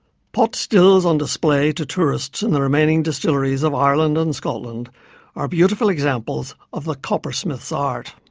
pot stills on display to tourists in the remaining distilleries of ireland and scotland are beautiful examples of the coppersmith's art.